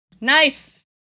Nice